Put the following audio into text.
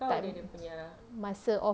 time masa off